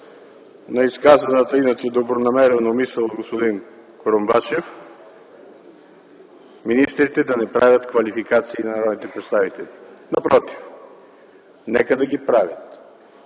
на изказаната иначе добронамерена мисъл на господин Курумбашев, министрите да не правят квалификации на народните представители. Напротив, нека да ги правят.